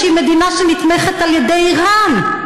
שהיא מדינה שנתמכת על ידי איראן,